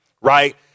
right